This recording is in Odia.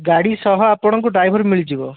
ଗାଡ଼ି ସହ ଆପଣଙ୍କୁ ଡ଼୍ରାଇଭର୍ ମିଳିଯିବ